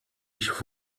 ich